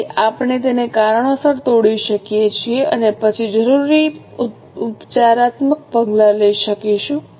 તેથી આપણે તેને કારણોસર તોડી શકીએ છીએ અને પછી જરૂરી ઉપચારાત્મક પગલાં લઈ શકીશું